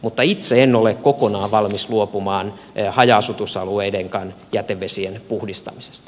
mutta itse en ole kokonaan valmis luopumaan haja asutusalueidenkaan jätevesien puhdistamisesta